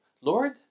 Lord